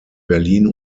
berlin